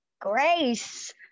grace